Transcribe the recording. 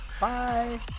Bye